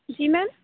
جی میم